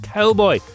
Cowboy